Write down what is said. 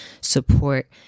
support